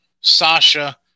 Sasha